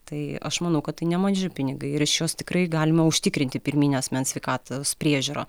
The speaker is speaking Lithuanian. tai aš manau kad tai nemaži pinigai ir iš jos tikrai galima užtikrinti pirminę asmens sveikatos priežiūrą